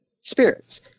spirits